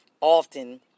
often